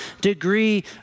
degree